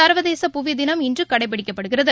சர்வதேச புவிதினம் இன்றுகடைபிடிக்கப்படுகிறது